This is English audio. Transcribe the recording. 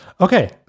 Okay